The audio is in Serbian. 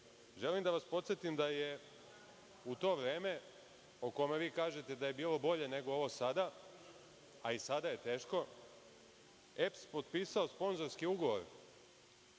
da vas podsetim da je u to vreme, o kome vi kažete da je bilo bolje, nego ovo sada, a i sada je teško, EPS potpisao spozorski ugovor